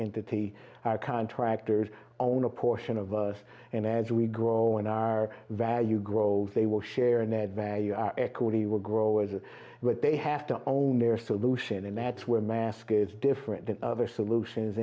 entity our contractors own a portion of us and as we grow in our value grow they will share a net value equity will grow as what they have to own their solution and that's where mask is different than other solutions